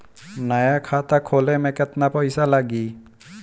नया खाता खोले मे केतना पईसा लागि?